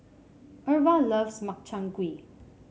Irva loves Makchang Gui